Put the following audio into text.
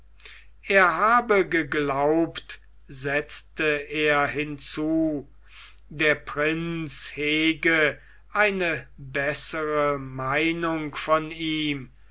er habe geglaubt setzte er hinzu der prinz hege eine bessere meinung von ihm